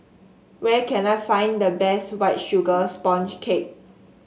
where can I find the best White Sugar Sponge Cake